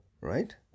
right